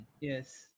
Yes